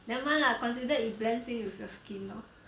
never mind lah considered it blends in with your skin lor